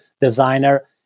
designer